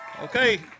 Okay